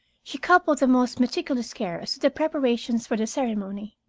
she coupled the most meticulous care as to the preparations for the ceremony,